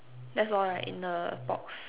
that's all right in the box